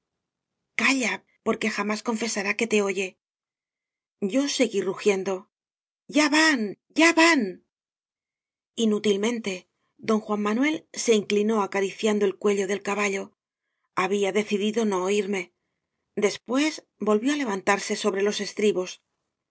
calla porque jamás confesará que te oye yo seguí rugiendo ya van ya van inútilmente don juan manuel se inclinó acariciando el cuello del caballo había de cidido no oirme después volvió á levantar se sobre los estribos